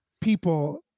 people